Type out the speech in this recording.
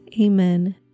Amen